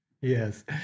Yes